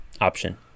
option